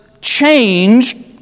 changed